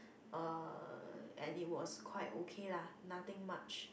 uh and it was quite okay lah nothing much